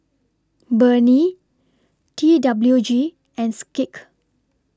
Burnie T W G and Schick